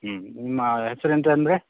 ನಿಮ್ಮ ಹೆಸರು ಎಂಥ ಅಂದಿರಿ